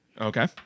Okay